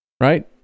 right